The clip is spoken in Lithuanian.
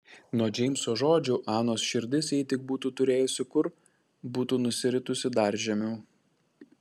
nuo džeimso žodžių anos širdis jei tik būtų turėjusi kur būtų nusiritusi dar žemiau